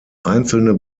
einzelne